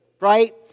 Right